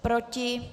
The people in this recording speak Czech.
Proti?